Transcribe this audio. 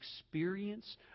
experience